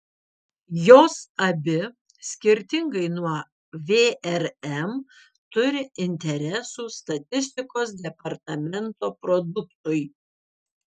jos abi skirtingai nuo vrm turi interesų statistikos departamento produktui